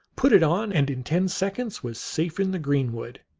put it on, and in ten seconds was safe in the greenwood.